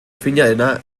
finarena